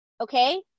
Okay